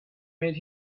made